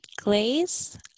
Glaze